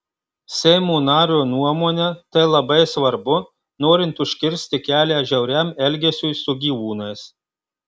seimo nario nuomone tai labai svarbu norint užkirsti kelią žiauriam elgesiui su gyvūnais